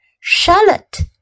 Charlotte